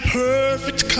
perfect